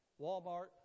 Walmart